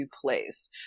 place